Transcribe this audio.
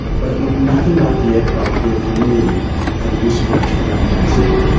but it looked nothing like the aircraft we are familiar with from news footage from afghanistan.